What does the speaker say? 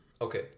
okay